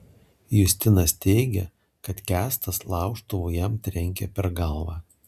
justinas teigia kad kęstas laužtuvu jam trenkė per galvą